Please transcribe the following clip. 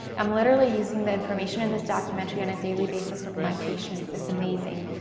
i'm literally using the information in this documentary on a daily basis with my patients. it's amazing.